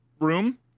room